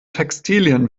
textilien